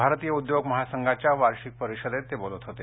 भारतीय उद्योग महासंघाच्या वार्षिक परिषदेत तेबोलत होते